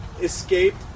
escaped